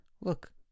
look